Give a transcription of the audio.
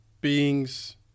beings